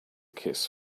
kiss